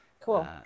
Cool